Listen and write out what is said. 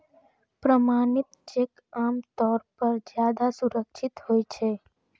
प्रमाणित चेक आम तौर पर ज्यादा सुरक्षित होइ छै